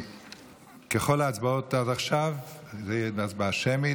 ככל ההצבעות עד עכשיו, זו תהיה הצבעה שמית.